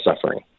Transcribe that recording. suffering